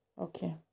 Okay